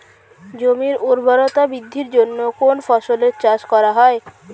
জমির উর্বরতা বৃদ্ধির জন্য কোন ফসলের চাষ করা হয়?